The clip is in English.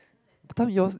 that time yours